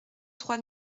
trois